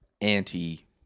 anti